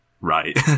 Right